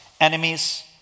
Enemies